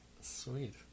Sweet